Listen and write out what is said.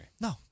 No